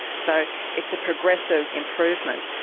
so it's a progressive improvement.